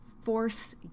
force